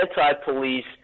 anti-police